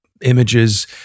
images